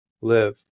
live